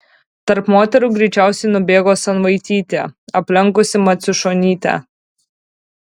tarp moterų greičiausiai nubėgo sanvaitytė aplenkusi maciušonytę